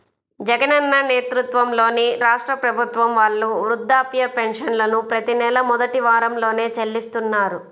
జగనన్న నేతృత్వంలోని రాష్ట్ర ప్రభుత్వం వాళ్ళు వృద్ధాప్య పెన్షన్లను ప్రతి నెలా మొదటి వారంలోనే చెల్లిస్తున్నారు